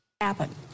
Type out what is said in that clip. Happen